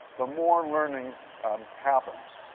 the more learning happens.